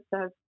says